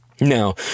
Now